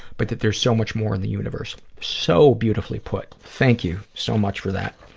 but that there's so much more in the universe. so beautifully put. thank you so much for that.